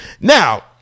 Now